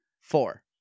four